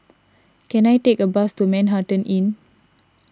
can I take a bus to Manhattan Inn